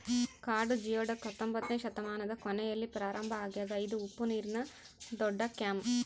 ಕಾಡು ಜಿಯೊಡಕ್ ಹತ್ತೊಂಬೊತ್ನೆ ಶತಮಾನದ ಕೊನೆಯಲ್ಲಿ ಪ್ರಾರಂಭ ಆಗ್ಯದ ಇದು ಉಪ್ಪುನೀರಿನ ದೊಡ್ಡಕ್ಲ್ಯಾಮ್